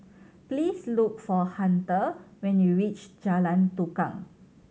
please look for Hunter when you reach Jalan Tukang